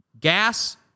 Gas